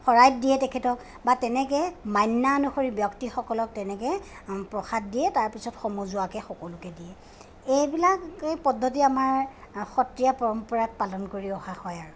শৰাইত দিয়ে তেখেতক বা তেনেকে মান্যা অনুসৰি ব্যক্তিসকলক তেনেকে প্ৰসাদ দিয়ে তাৰপিছত সমজুৱাকে সকলোকে দিয়ে এইবিলাকেই পদ্ধতি আমাৰ সত্ৰীয়া পৰম্পৰাত পালন কৰি অহা হয় আৰু